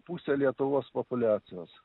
pusė lietuvos populiacijos